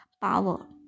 power